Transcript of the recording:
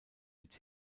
mit